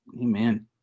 amen